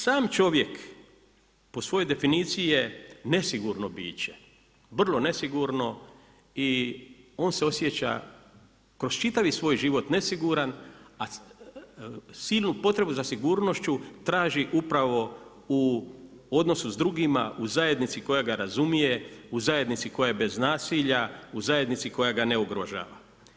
Sam čovjek po svojoj definiciji je nesigurno biće, vrlo nesigurno i on se osjeća kroz čitavi svoj život nesiguran, a silnu potrebu za sigurnošću traži upravo u odnosu s drugima, u zajednici koja ga razumije, u zajednici koja je bez nasilja, u zajednici koja ga ne ugrožava.